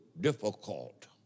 difficult